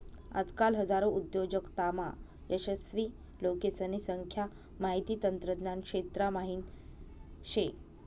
आजकाल हजारो उद्योजकतामा यशस्वी लोकेसने संख्या माहिती तंत्रज्ञान क्षेत्रा म्हाईन शे